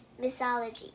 mythology